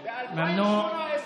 פטין, אסור.